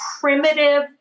primitive